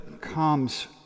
comes